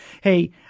Hey